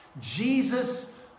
Jesus